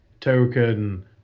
token